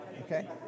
Okay